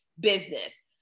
business